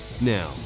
Now